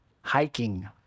hiking